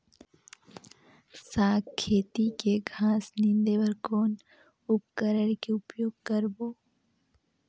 साग खेती के घास निंदे बर कौन उपकरण के उपयोग करबो?